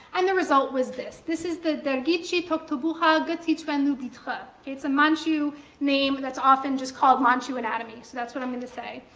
and the result was this. this is the da-ghee-chi tok-to-buh-ha gertie-tre-nu-bee-tra. it's a manchu name that's often just called manchu anatomy. so that's what i'm going to say.